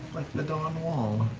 the dawn wall.